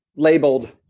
labeled,